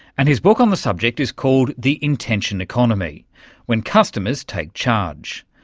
and his book on the subject is called the intention economy when customers take charge.